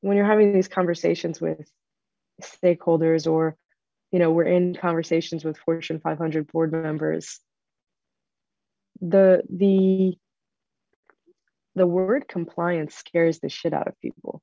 when you're having these conversations with stakeholders or we're in conversations with fortune five hundred board members the word compliance scares the shit out of people